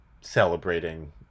celebrating